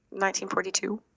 1942